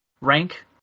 Rank